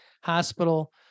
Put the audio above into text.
hospital